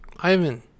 Ivan